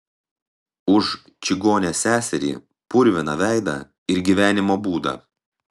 už čigonę seserį purviną veidą ir gyvenimo būdą